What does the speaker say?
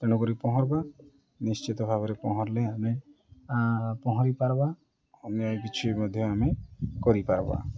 ତେଣୁକରି ପହଁରବା ନିଶ୍ଚିତ ଭାବରେ ପହଁରିଲେ ଆମେ ପହଁରି ପାର୍ବା ଅନ୍ୟାୟ କିଛୁ ମଧ୍ୟ ଆମେ କରିପାର୍ବା